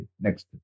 Next